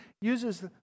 uses